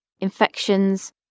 infections